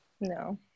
No